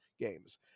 games